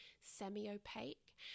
semi-opaque